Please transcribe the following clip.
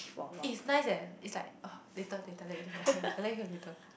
eh is nice eh is like ugh later later I let you hear I let you hear later